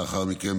לאחר מכן,